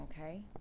okay